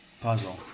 puzzle